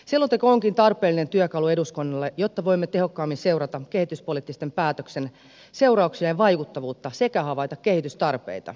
selonteko onkin tarpeellinen työkalu eduskunnalle jotta voimme tehokkaammin seurata kehityspoliittisten päätösten seurauksien vaikuttavuutta sekä havaita kehitystarpeita